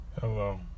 Hello